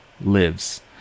lives